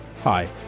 Hi